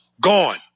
gone